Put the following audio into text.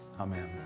amen